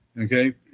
Okay